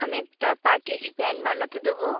আমি একটা পাটিয়ালা প্যান্ট বানাতে দেবো